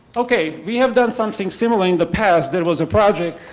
ok we have done something similar in the past there was a project,